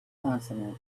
consonant